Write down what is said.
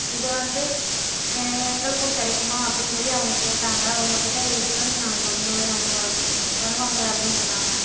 இது வந்து எங்களுக்கும் கிடைக்குமா அப்படின்னு சொல்லி அவங்க கேட்டாங்கள் உங்ககிட்ட இருக்குதுனு நான் சொன்னேன் அவங்க வருவாங்கள் அப்படின்னு சொன்னாங்கள்